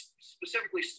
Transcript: specifically